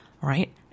Right